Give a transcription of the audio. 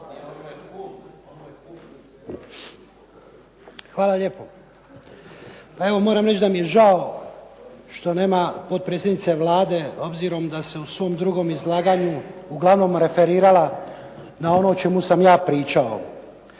Hvala lijepo. Pa evo moram reći da mi je žao što nema potpredsjednice Vlade, obzirom da se u svom drugom izlaganju uglavnom referirala na ono o čemu sam ja pričao.